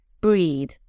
breathe